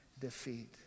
defeat